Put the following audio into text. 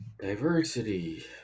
Diversity